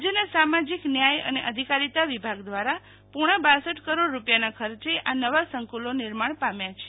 રાજ્યના સામાજીક ન્યાય અને અધિકારીતા વિભાગ દ્રારા પોણા બાસઠ કરોડ રૂપિયાના ખર્ચે આ નવા સંકુલો નિર્માણ પામ્યા છે